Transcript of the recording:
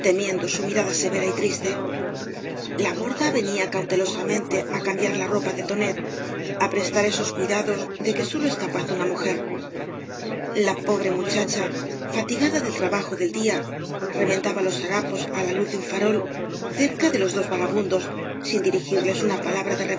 su mirada severa y triste la borda venía cautelosamente á cambiar la ropa de tonet á prestar esos cuidados de que sólo es capaz una mujer la pobre muchacha fatigada del trabajo del día remendaba los harapos á la luz de un farol cerca de los dos vagabundos sin dirigirles una palabra de